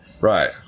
Right